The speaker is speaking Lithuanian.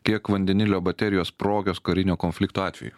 kiek vandenilio baterijos sprogios karinio konflikto atveju